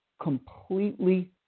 completely